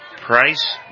Price